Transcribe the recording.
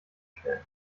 stellen